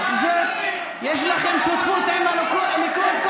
יש לכם שותפות עם הליכוד.